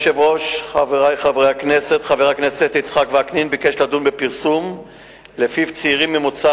חבר הכנסת יצחק וקנין שאל את השר לביטחון פנים ביום ו'